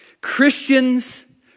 Christians